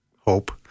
hope